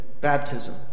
baptism